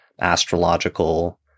astrological